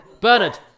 Bernard